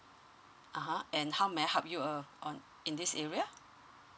a'ah and how may I help you uh on in this area